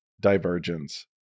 divergence